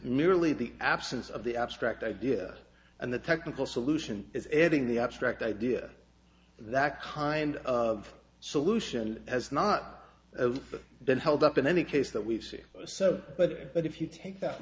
merely the absence of the abstract idea and the technical solution is adding the abstract idea that kind of solution has not been held up in any case that we've seen so but but if you take that